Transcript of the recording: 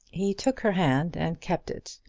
he took her hand and kept it.